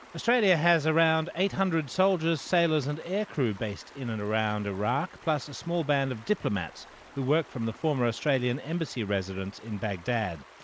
australia has around eight hundred soldiers, sailors and air crew based in and around iraq, plus a small band of diplomats who work from the former australian embassy residence in baghdad.